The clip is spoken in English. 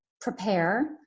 Prepare